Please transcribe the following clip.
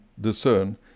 discern